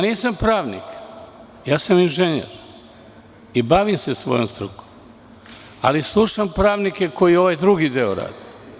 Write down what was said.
Nisam pravnik, inženjer sam i bavim se svojom strukom, ali slušam pravnike koji ovaj drugi deo rade.